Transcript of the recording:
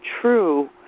true